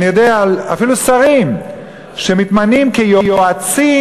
אני יודע אפילו על שרים שמתמנים כיועצים,